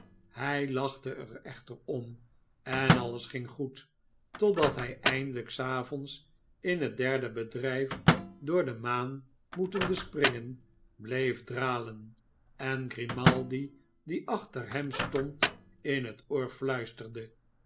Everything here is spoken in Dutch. hij lachte er echter om en alles ging goed totdat hij eindelijk s avonds in het derde bedrijf door de maan moetende springen bleef dralen en grimaldi die achter hem stond in het oor fluisterde